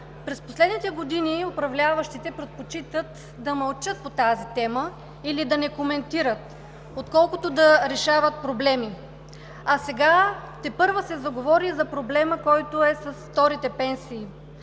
През последните години управляващите предпочитат да мълчат по тази тема или да не коментират, отколкото да решават проблемите. Сега тепърва се заговори за проблема, който е с вторите пенсии.